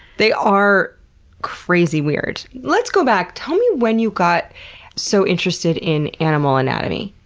they are crazy weird. let's go back. tell me when you got so interested in animal anatomy,